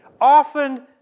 Often